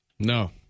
No